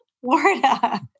Florida